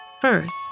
First